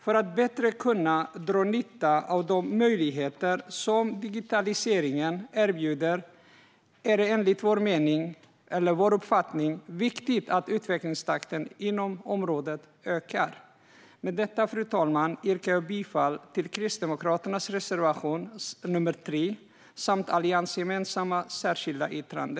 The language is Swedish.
För att bättre kunna dra nytta av de möjligheter som digitaliseringen erbjuder är det enligt vår uppfattning viktigt att utvecklingstakten inom området ökar. Fru talman! Med detta yrkar jag bifall till Kristdemokraternas reservation nr 3. I betänkandet finns det också ett alliansgemensamt särskilt yttrande.